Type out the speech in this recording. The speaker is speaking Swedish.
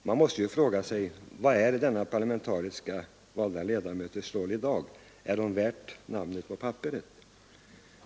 Man måste fråga sig vilken roll dessa parlamentariskt valda ledamöter har i dag — är den värd namnet ens på papperet?